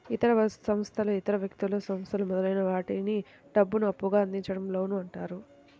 ఇతర సంస్థలు ఇతర వ్యక్తులు, సంస్థలు మొదలైన వాటికి డబ్బును అప్పుగా అందించడం లోన్ అంటారు